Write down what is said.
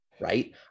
Right